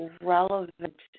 relevant